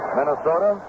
Minnesota